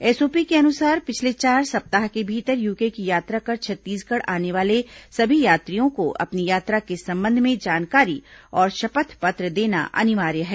SOP के अनुसार पिछले चार सप्ताह के भीतर यूके की यात्रा कर छत्तीसगढ़ आने वाले सभी यात्रियों को अपनी यात्रा के संबंध में जानकारी और शपथ पत्र देना अनिवार्य है